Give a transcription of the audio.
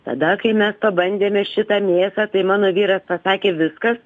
tada kai mes pabandėme šitą mėsą tai mano vyras pasakė viskas